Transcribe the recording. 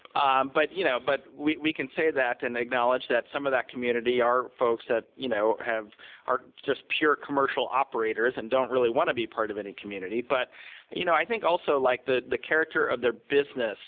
um but you know but we we can say that and acknowledge that. some of that community are folks that you know are just pure commercial operators and don't really want to be a part of any community. but you know i think, also, like the the character of their business